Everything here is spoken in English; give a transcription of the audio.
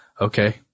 okay